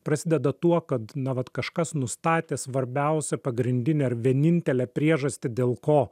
prasideda tuo kad nu vat kažkas nustatė svarbiausią pagrindinę ir vienintelę priežastį dėl ko